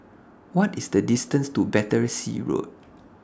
What IS The distance to Battersea Road